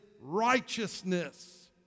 righteousness